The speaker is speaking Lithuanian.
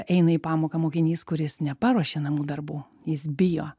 eina į pamoką mokinys kuris neparuošė namų darbų jis bijo